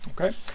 Okay